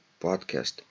podcast